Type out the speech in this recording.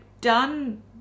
done